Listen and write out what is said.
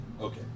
Okay